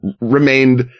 remained